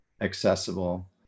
accessible